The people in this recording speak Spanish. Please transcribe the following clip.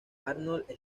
arnold